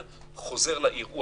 לעיר.